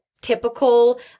typical